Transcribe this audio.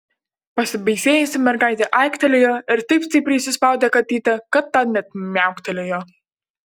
pasibaisėjusi mergaitė aiktelėjo ir taip stipriai suspaudė katytę kad ta net miauktelėjo